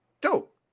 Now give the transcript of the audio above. dope